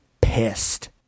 pissed